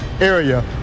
area